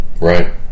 right